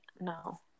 no